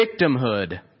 victimhood